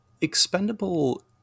Expendable